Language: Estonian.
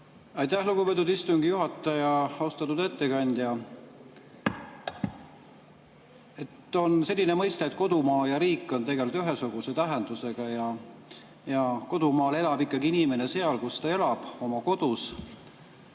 Aitäh, lugupeetud istungi juhataja! Austatud ettekandja! On selline mõiste, et kodumaa ja riik on tegelikult ühesuguse tähendusega ja kodumaal elab ikkagi inimene seal, kus ta elab, oma kodus,